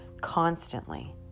constantly